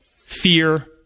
fear